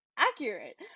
Accurate